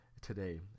today